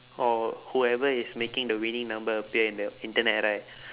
or whoever is making the winning number appear in the internet right